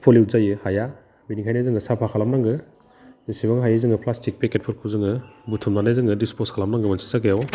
pollute जायो हाया बिनिखायनो जोङो साफा खालामनांगो जेसेबां हायो जोङो प्लासटिक पेकेटफोरखौ जोङो बुथुमनानै जोङो डिसपस खालामनांगौ मोनसे जायगायाव